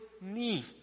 knee